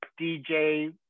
DJ